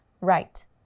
Right